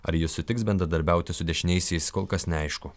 ar jis sutiks bendradarbiauti su dešiniaisiais kol kas neaišku